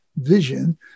vision